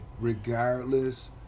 Regardless